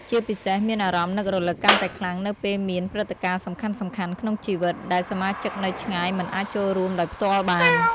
ជាពិសេស មានអារម្មណ៍នឹករលឹកកាន់តែខ្លាំងនៅពេលមាន ព្រឹត្តិការណ៍សំខាន់ៗក្នុងជីវិត ដែលសមាជិកនៅឆ្ងាយមិនអាចចូលរួមដោយផ្ទាល់បាន។